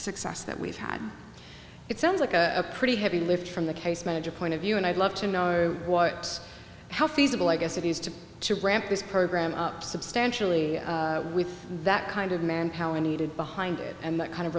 success that we've had it sounds like a pretty heavy lift from the case manager point of view and i'd love to know what how feasible i guess if used to ramp this program up substantially with that kind of manpower needed behind and that kind of